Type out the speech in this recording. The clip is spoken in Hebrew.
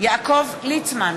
יעקב ליצמן,